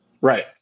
Right